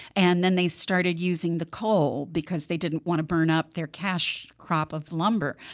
and then they started using the coal, because they didn't want to burn up their cash crop of lumber.